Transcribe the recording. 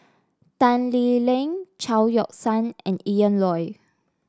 Tan Lee Leng Chao Yoke San and Ian Loy